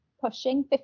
pushing